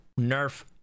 nerf